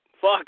fuck